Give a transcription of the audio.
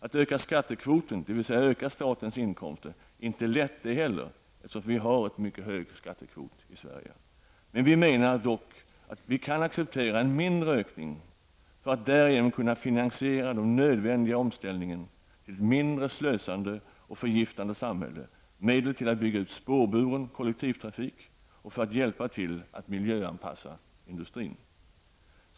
Att öka skattekvoten, dvs. att öka statens inkomster, är inte lätt det heller, eftersom vi har en mycket hög skattekvot i Sverige. Vi menar dock att vi kan acceptera en mindre ökning för att därigenom kunna finansiera den nödvändiga omställningen till ett mindre slösande och förgiftande samhälle och för att kunna tillföra medel för att bygga ut spårburen kollektivtrafik och för att hjälpa till att miljöanpassa industrin.